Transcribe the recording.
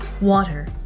Water